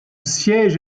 siège